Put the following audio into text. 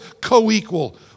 co-equal